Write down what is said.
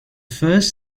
first